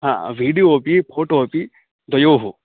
हा वीडियो अपि फोटो अपि द्वयोः